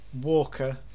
Walker